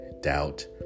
doubt